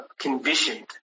conditioned